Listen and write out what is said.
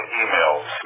emails